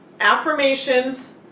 Affirmations